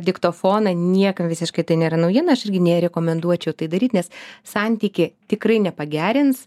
diktofoną niekam visiškai tai nėra naujiena aš irgi nerekomenduočiau tai daryt nes santykį tikrai nepagerins